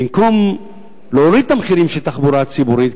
במקום להוריד את המחירים בתחבורה הציבורית,